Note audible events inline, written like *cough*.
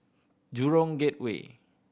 *unintelligible* Gateway